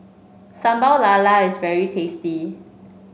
Sambal Lala is very tasty